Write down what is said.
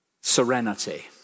serenity